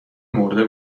مرده